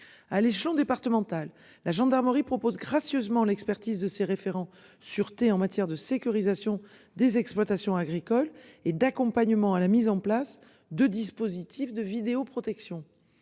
à l'échelon départemental, la gendarmerie propose gracieusement l'expertise de ses référents sûreté en matière de sécurisation des exploitations agricoles et d'accompagnement à la mise en place de dispositifs de vidéoprotection.